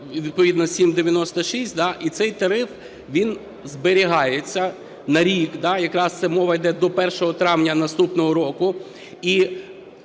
відповідно 7.96, і цей тариф він зберігається на рік, якраз це мова йде до 1 травня наступного року. І